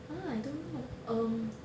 ha I don't know um